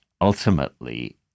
ultimately